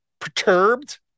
perturbed